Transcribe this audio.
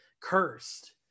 cursed